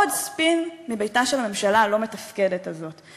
עוד ספין מביתה של הממשלה הלא-מתפקדת הזאת,